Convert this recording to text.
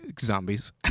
Zombies